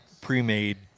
pre-made